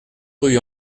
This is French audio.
rue